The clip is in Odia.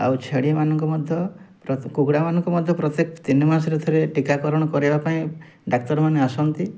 ଆଉ ଛେଳିମାନଙ୍କୁ ମଧ୍ୟ କୁକୁଡ଼ାମାନଙ୍କୁ ମଧ୍ୟ ପ୍ରତ୍ୟେକ ତିନି ମାସରେ ଥରେ ଟୀକାକରଣ କରିବା ପାଇଁ ଡାକ୍ତରମାନେ ଆସନ୍ତି